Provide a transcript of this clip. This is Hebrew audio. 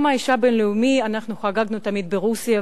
את יום האשה הבין-לאומי אנחנו חגגנו תמיד ברוסיה,